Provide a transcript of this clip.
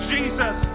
Jesus